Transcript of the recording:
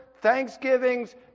thanksgivings